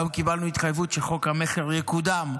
היום קיבלנו התחייבות שחוק המכר יקודם,